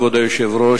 כבוד היושב-ראש,